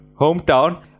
hometown